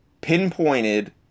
pinpointed